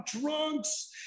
drunks